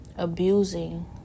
Abusing